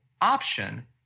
option